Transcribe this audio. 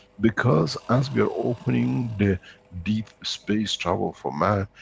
because, as we're opening the deep space travel for man,